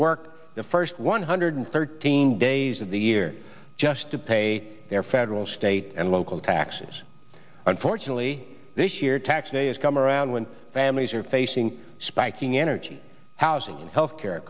work the first one hundred thirteen days of the year just to pay their federal state and local taxes unfortunately this year tax day is come around when families are facing spiking energy housing health care